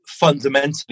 fundamentally